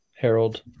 Harold